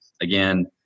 again